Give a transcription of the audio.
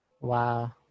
Wow